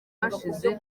hashize